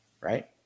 right